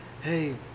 hey